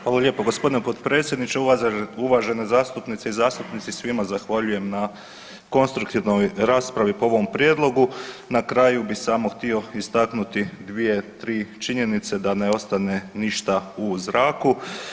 Hvala lijepo, gospodine potpredsjedniče, uvažene zastupnice i zastupnici, svima zahvaljujem na konstruktivnoj raspravi po ovom prijedlogu, na kraju bi samo htio istaknuti dvije, tri činjenice da ne ostane ništa u zraku.